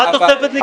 מה תוספת הניקוד?